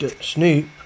Snoop